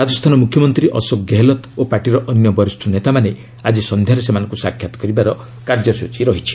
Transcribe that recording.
ରାଜସ୍ଥାନ ମୁଖ୍ୟମନ୍ତ୍ରୀ ଅଶୋକ ଗେହଲତ୍ ଓ ପାର୍ଟିର ଅନ୍ୟ ବରିଷ୍ଠ ନେତାମାନେ ଆଜି ସନ୍ଧ୍ୟାରେ ସେମାନଙ୍କୁ ସାକ୍ଷାତ୍ କରିବାର କାର୍ଯ୍ୟସ୍ତଚୀ ରହିଛି